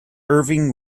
irving